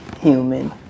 human